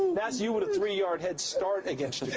that's you with a three yard head start against